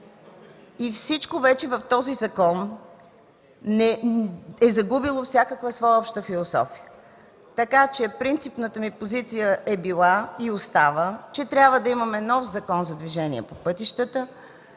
и всичко в този закон е загубило своята обща философия. Принципната ми позиция е била и остава, че трябва да имаме нов Закон за движение по пътищата